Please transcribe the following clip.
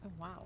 wow